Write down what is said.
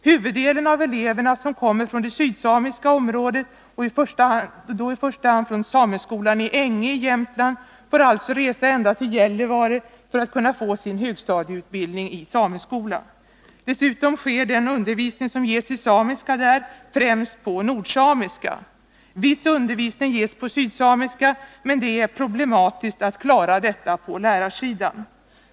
Huvuddelen av eleverna som kommer från det sydsamiska området, och då i första hand från sameskolan i Änge i Jämtland, får alltså resa ända till Gällivare för att kunna få sin högstadieutbildning i sameskola. Dessutom sker den undervisning som där ges i samiska främst på nordsamiska. Viss undervisning ges på sydsamiska, men det är problematiskt att klara detta på lärarsidan.